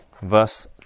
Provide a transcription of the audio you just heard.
Verse